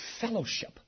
fellowship